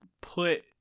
put